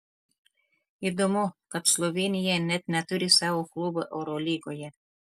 įdomu kad slovėnija net neturi savo klubo eurolygoje